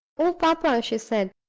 oh, papa, she said,